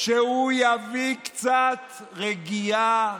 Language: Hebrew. שהוא יביא קצת רגיעה,